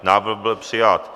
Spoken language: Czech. Návrh byl přijat.